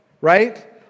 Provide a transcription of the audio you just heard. right